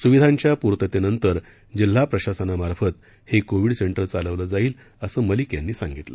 सुविधांच्या पुर्ततेनंतर जिल्हा प्रशासनामार्फत हे कोविड सेंटर चालवलं जाईल असं मलिक यांनी सांगितलं